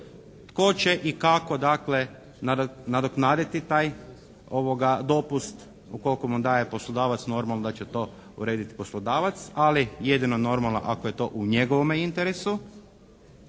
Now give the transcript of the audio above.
tko će i kako dakle nadoknaditi taj dopust ukoliko mu daje poslodavac normom da će to urediti poslodavac, ali jedino normalno ako je to u njegovome interesu,